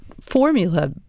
formula